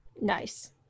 Nice